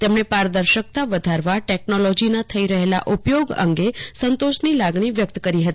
તેમણે પારદર્શકતા વધારવા ટેકનોલોજીના થઈ રહેલા ઉપયોગ અંગે સંતોષની લાગણી વ્યક્ત કરી હતી